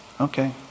Okay